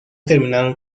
terminaron